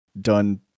done